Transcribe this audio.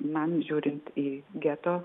man žiūrint į geto